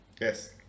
Yes